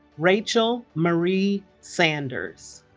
rachel marie sanders